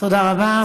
תודה רבה.